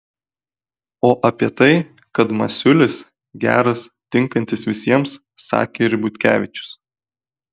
o apie tai kad masiulis geras tinkantis visiems sakė ir butkevičius